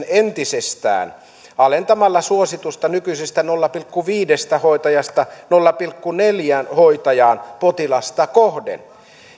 entisestään alentamalla suositusta nykyisestä nolla pilkku viidestä hoitajasta nolla pilkku neljään hoitajaan potilasta kohden